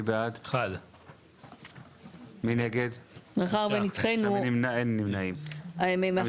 הסתייגות 50. הצבעה בעד, 1 נגד, 3 נמנעים, 0